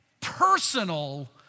personal